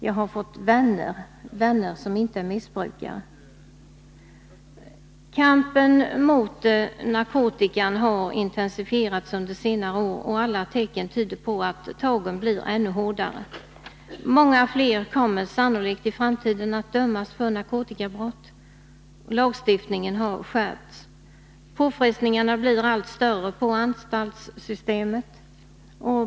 Jag har fått vänner — vänner som inte är missbrukare.” Kampen mot narkotikan har intensifierats under senare år, och alla tecken tyder på att tagen blir ännu hårdare. Många fler kommer sannolikt att i framtiden dömas för narkotikabrott. Lagstiftningen har skärpts. Påfrestningarna blir allt större på anstaltsystemet.